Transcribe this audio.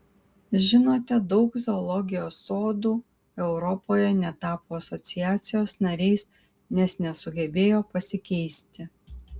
žinote daug zoologijos sodų europoje netapo asociacijos nariais nes nesugebėjo pasikeisti